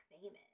famous